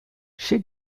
she